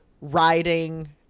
riding